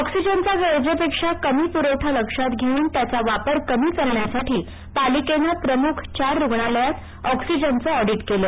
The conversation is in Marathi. ऑक्सिजनचा गरजेपेक्षा कमी पुरवठा लक्षात घेऊन त्याचा वापर कमी करण्यासाठी पालिकेने प्रमुख चार रुग्णालयात ऑक्सिजनचे ऑडिट केलं